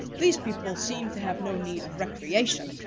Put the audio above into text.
these people seem to have no need of recreation,